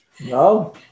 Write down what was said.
No